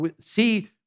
see